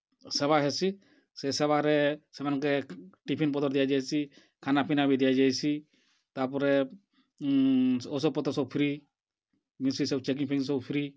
ସେବା ହେସି ସେ ସେବାରେ ସେମାନ୍ଙ୍କେ ଟିଫିନ୍ପତର୍ ଦିଆ ଯାଏସି ଖାନା ପିନା ବି ଦିଆ ଯାଏସି ତା'ପ୍ରେ ଔଷଧ ପତର୍ ସବୁ ଫ୍ରି ମିଲ୍ସି ସବୁ ଚେକିଙ୍ଗ୍ ଫେକିଙ୍ଗ୍ ସବୁ ଫ୍ରି